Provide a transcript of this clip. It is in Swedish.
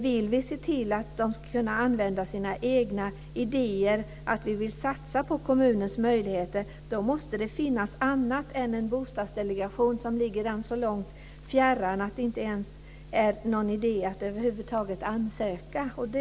Vill vi se till att de ska kunna använda sina egna idéer? Vill vi satsa på dessa kommuners möjligheter? I så fall måste det finnas annat än en bostadsdelegation, som ligger dem så fjärran att det inte ens är någon idé för dem att ansöka om hjälp därifrån.